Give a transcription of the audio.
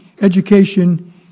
Education